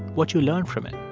what you learn from it.